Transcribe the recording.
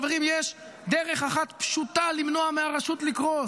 חברים, יש דרך אחת פשוטה למנוע מהרשות לקרוס: